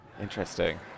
Interesting